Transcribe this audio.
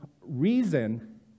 reason